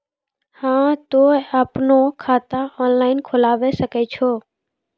हाँ तोय आपनो खाता ऑनलाइन खोलावे सकै छौ?